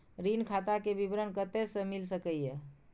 ऋण खाता के विवरण कते से मिल सकै ये?